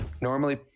normally